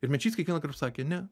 ir mečys kiekvienąkart sakė ne